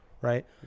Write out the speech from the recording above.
Right